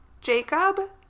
Jacob